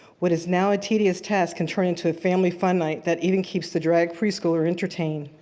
what is now a tedious task can turn into a family fun night, that even keeps the dragged preschooler entertained.